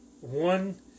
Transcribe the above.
one